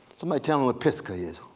somebody tell me what pisgah is.